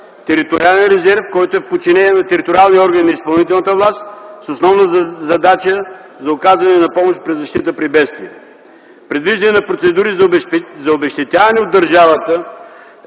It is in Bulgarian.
териториален резерв, който е в подчинение на териториалния орган на изпълнителната власт с основна задача за отказване на помощ за защита при бедствия. - предвиждане на процедури за обезщетяване от държавата